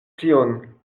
tion